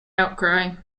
outcry